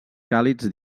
càlids